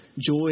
joy